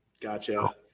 Gotcha